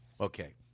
Okay